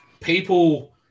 people